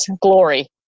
glory